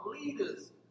leaders